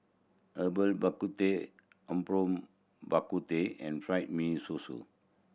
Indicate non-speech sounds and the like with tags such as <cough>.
Herbal Bak Ku Teh apom Bak Ku Teh and fried mee <unintelligible>